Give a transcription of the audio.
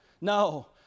No